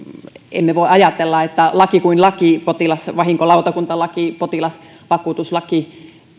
emme voi ajatella että laki kuin laki potilasvahinkolautakuntalaki potilasvakuutuslaki